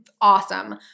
awesome